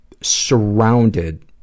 surrounded